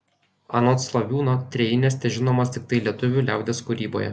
anot slaviūno trejinės težinomos tiktai lietuvių liaudies kūryboje